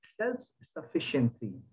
self-sufficiency